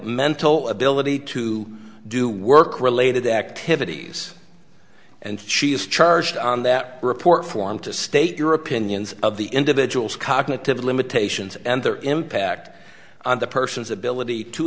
mental ability to do work related activities and she is charged on that report form to state your opinions of the individual's cognitive limitations and their impact on the person's ability to